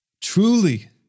Truly